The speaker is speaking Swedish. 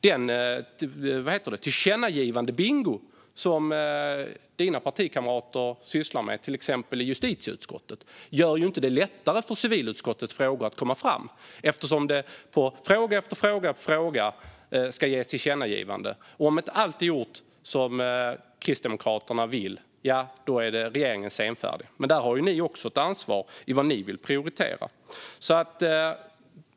Den tillkännagivandebingo som dina partikamrater sysslar med till exempel i justitieutskottet gör det inte lättare för civilutskottets frågor att komma fram. Det ska i fråga efter fråga ges ett tillkännagivande. Om inte allt är gjort som Kristdemokraterna vill är regeringen senfärdig. Där har ni också ett ansvar i vad ni vill prioritera.